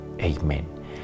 Amen